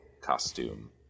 costume